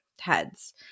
heads